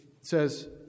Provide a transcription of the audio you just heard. says